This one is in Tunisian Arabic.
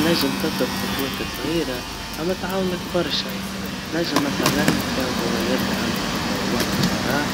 نجم تبدا بخطوات صغيرة, عم تعاونك برشا, نجم مثلاً, في روايا عندك وقت فراغ,